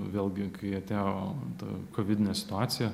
vėlgi kai atėjo ta kovidinė situacija